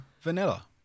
vanilla